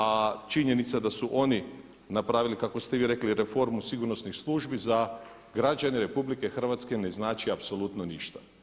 A činjenica da su oni napravili kako ste vi rekli reformu sigurnosnih službi za građane RH ne znači apsolutno ništa.